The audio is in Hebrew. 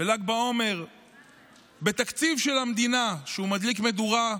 בל"ג בעומר בתקציב של המדינה, כשהוא מדליק מדורה,